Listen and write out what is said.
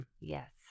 Yes